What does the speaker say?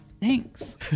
Thanks